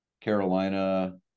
Carolina